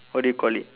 what do you call it